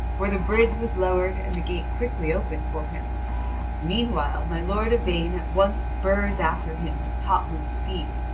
where the bridge was lowered and the gate quickly opened for him meanwhile my lord yvain at once spurs after him at topmost speed.